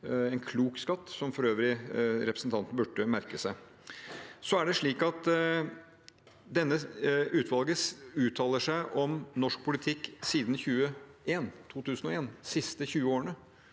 en klok skatt, som for øvrig representanten burde merke seg. Så er det slik at utvalget uttaler seg om norsk politikk siden 2001 – de siste 20 årene